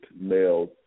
males